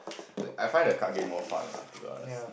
uh I find the card game more fun lah to be honest